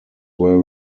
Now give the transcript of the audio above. were